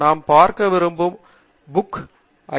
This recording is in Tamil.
நாம் பார்க்க விரும்பும் ஒவ்வொரு பூக் ஐ